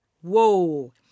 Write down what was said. Whoa